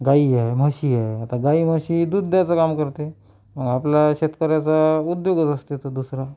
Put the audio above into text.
गाई आहे म्हशी आहे आता गाई म्हशी दूध द्यायचं काम करते आपला शेतकऱ्याचा उद्योगच असते तो दुसरा